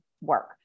work